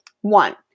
One